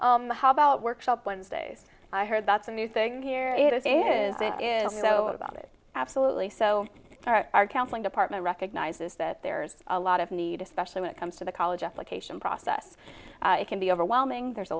ok how about workshop wednesdays i heard that's a new thing here it is a is it is also about it absolutely so our counseling department recognizes that there's a lot of need especially when it comes to the college application process it can be overwhelming there's a